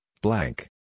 blank